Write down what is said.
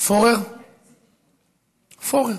שלוש דקות,